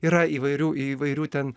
yra įvairių įvairių ten